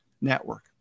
network